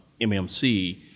MMC